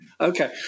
Okay